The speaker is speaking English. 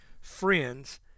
friends